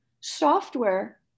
software